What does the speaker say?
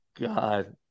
God